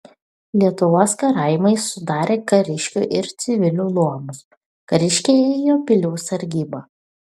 lietuvos karaimai sudarė kariškių ir civilių luomus kariškiai ėjo pilių sargybą